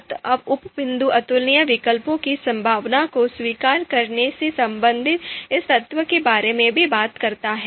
अतः उप बिंदु अतुलनीय विकल्पों की संभावना को स्वीकार करने से संबंधित इस तथ्य के बारे में भी बात करता है